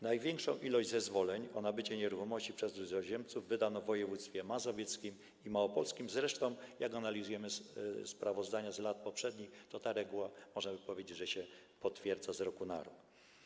Największą ilość zezwoleń na nabycie nieruchomości przez cudzoziemców wydano w województwach mazowieckim i małopolskim, zresztą jak analizujemy sprawozdania z lat poprzednich, to ta reguła, można powiedzieć, potwierdza się z roku na rok.